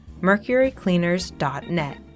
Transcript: MercuryCleaners.net